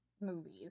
movies